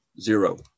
Zero